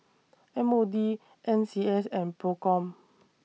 M O D N C S and PROCOM